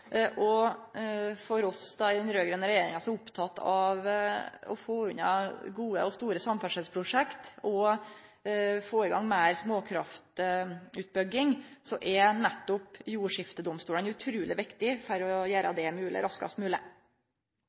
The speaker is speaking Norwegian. For den raud-grøne regjeringa, som er oppteken av å få unna gode og store samferdselsprosjekt og få i gang meir småkraftutbygging, er nettopp jordskiftedomstolane utruleg viktige for å få gjort det raskast